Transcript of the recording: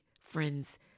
friends